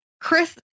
Chris